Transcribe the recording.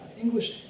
English